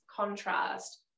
contrast